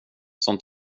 som